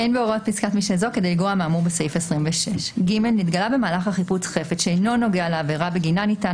אין בהוראות פסקת משנה זו כדי לגרוע מהאמור בסעיף 26. נתגלה במהלך החיפוש חפץ שאינו נוגע לעבירה בגינה ניתן